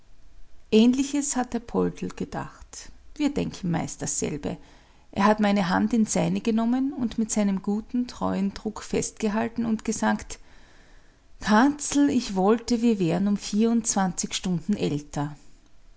ähnliches hat der poldl gedacht wir denken meist dasselbe er hat meine hand in seine genommen und mit seinem guten treuen druck festgehalten und gesagt katzel ich wollte wir wären um vierundzwanzig stunden älter